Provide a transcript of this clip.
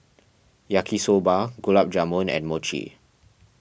Yaki Soba Gulab Jamun and Mochi